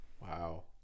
Wow